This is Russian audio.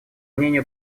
мнению